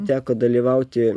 teko dalyvauti